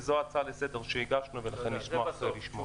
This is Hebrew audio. וזו הצעה לסדר שהגשנו ולכן נשמח לשמוע.